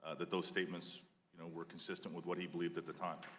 that those statements you know were consistent with what he believed at the time.